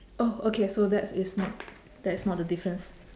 oh okay so that is not that is not the difference